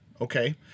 okay